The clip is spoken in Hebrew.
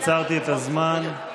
עצרתי את הזמן.